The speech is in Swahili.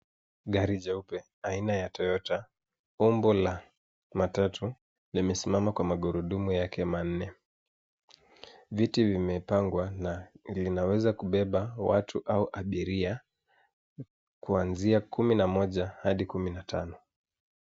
Gari jeupe aina ya Toyota umbo la matatu limesimama kwa magurudumu yake manne. Viti vimepangwa na linaweza kubeba watu au abiria kuanzia kumi na moja hadi kumi na tano.